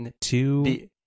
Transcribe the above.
two